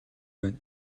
байна